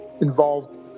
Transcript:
involved